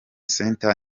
center